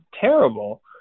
terrible